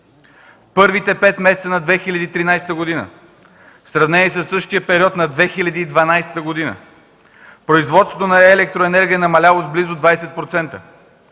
Първите пет месеца на 2013 г., сравнени със същия период на 2012 г., производството на електроенергия е намаляло с близо 20%,